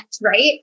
right